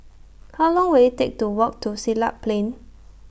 How Long Will IT Take to Walk to Siglap Plain